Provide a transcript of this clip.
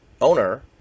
owner